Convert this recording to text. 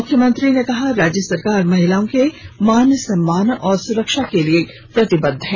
मुख्यमंत्री ने कहा राज्य सरकार महिलाओं के मान सम्मान और सुरक्षा के लिए प्रतिबद्ध है